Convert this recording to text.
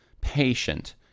patient